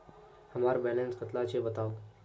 हमार बैलेंस कतला छेबताउ?